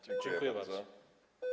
Dziękuję bardzo.